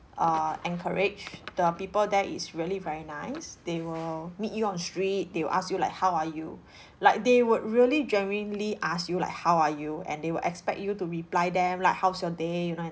err anchorage the people there it's really very nice they will meet you on street they will ask you like how are you like they would really genuinely ask you like how are you and they will expect you to reply them like how's your day you know and